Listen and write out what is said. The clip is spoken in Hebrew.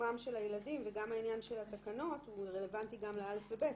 של הילדים וגם העניין של התקנות רלוונטי גם ל-(א) ו-(ב).